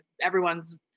everyone's